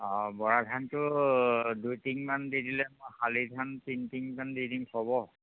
অঁ বৰা ধানটো দুই টিংমান দি দিলে মই শালি ধান তিনি টিংমান দি দিম হ'ব